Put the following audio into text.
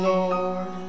Lord